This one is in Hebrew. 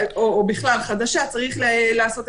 אנחנו לא עד הסוף מצליחים להבין,